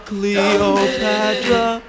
Cleopatra